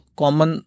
common